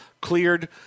cleared